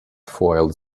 foiled